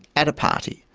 at a party,